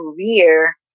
career